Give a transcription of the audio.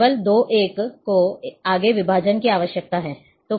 केवल 2 1 को आगे विभाजन की आवश्यकता है